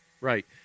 right